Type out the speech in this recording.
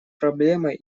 проблемой